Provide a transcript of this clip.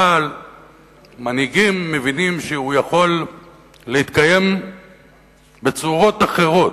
אבל מנהיגים מבינים שהוא יכול להתקיים בצורות אחרות,